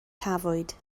cafwyd